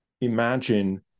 imagine